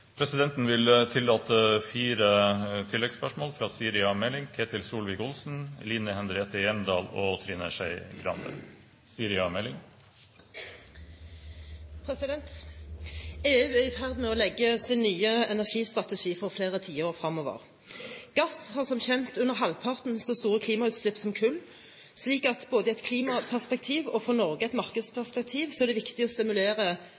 Presidenten vil tillate fire oppfølgingsspørsmål – først Siri A. Meling. EU er i ferd med å legge sin nye energistrategi for flere tiår fremover. Gass har som kjent under halvparten så store klimautslipp som kull, slik at både ut fra et klimaperspektiv og – for Norge – et markedsperspektiv er det viktig å stimulere